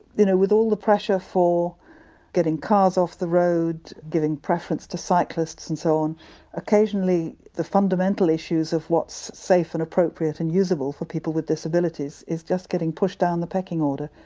you know with all the pressure for getting cars off the road, giving preference to cyclists and so on occasionally occasionally the fundamental issues of what's safe and appropriate and useable for people with disabilities is just getting pushed down the pecking order.